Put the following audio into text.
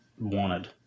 wanted